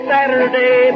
Saturday